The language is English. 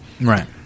Right